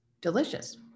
delicious